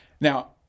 Now